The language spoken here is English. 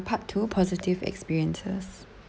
part two positive experiences